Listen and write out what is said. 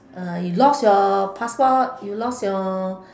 uh you lost your passport you lost your